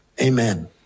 Amen